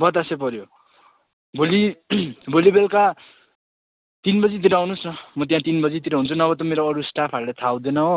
बतासे पर्यो भोलि भोलि बेलुका तिन बजेतिर आउनुहोस् न म त्यहाँ तिन बजेतिर हुन्छु नभए पनि मेरो अरू स्टाफहरूलाई थाह हुँदैन हो